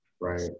right